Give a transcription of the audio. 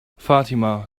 fatima